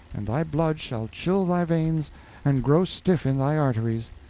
and thy blood shall chill thy veins and grow stiff in thy arteries.